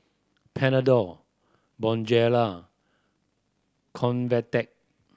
Panadol Bonjela Convatec